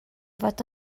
fod